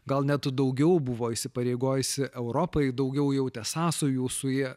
gal net daugiau buvo įsipareigojusi europai daugiau jautė sąsajų su ja